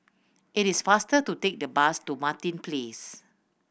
it is faster to take the bus to Martin Place